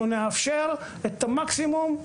אנחנו נאפשר את המקסימום,